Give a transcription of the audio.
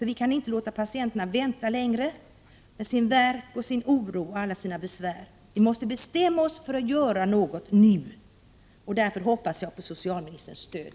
Vi kan inte låta patienterna vänta längre med sin värk, sin oro och alla sina besvär. Vi måste bestämma oss för att göra något nu, och därför hoppas jag på socialministerns stöd.